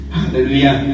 Hallelujah